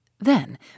Then